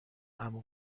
عمو